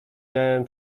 miałem